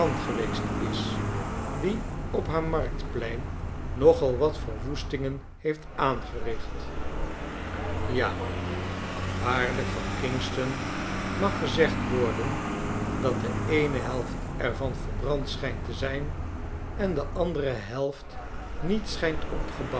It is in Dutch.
geweest is die op haar marktplein nogal wat verwoestingen heeft aangericht ja waarlijk van kingston mag gezegd worden dat de eene helft er van verbrand schynt te zijn en de ander helft niet schijnt